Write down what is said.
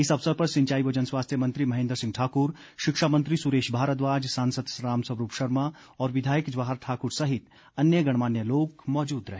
इस अवसर पर सिंचाई व जनस्वास्थ्य मंत्री महेंद्र सिंह ठाक्र शिक्षा मंत्री सुरेश भारद्वाज सांसद रामस्वरूप शर्मा और विधायक जवाहर ठाकुर सहित अन्य गणमान्य लोग मौजूद रहे